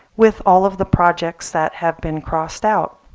with all of the projects that have been crossed out.